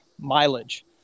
mileage